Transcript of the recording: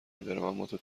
میدارم، اماتو